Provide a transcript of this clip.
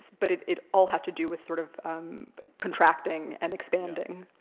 but it it all has to do with sort of contracting and expanding.